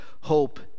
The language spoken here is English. hope